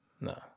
No